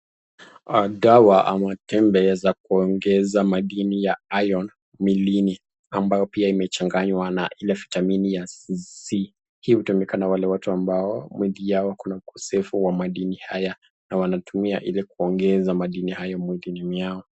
Dawa ama tembe za kuongeza madini ya iron milini, ambayo pia imechanganywa na ile vitamini ya C.Hii hutumika na wale watu ambao miili yao ikona ukosefu wa madini haya ,na wanatumia ili kuongeza madini haya kwenye miili yao.